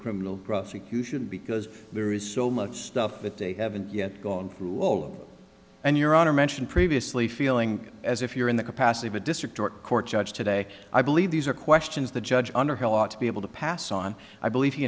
criminal prosecution because there is so much stuff that they haven't yet gone through all and your honor mentioned previously feeling as if you're in the capacity of a district court judge today i believe these are questions the judge underhill ought to be able to pass on i believe he